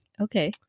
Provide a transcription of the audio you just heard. okay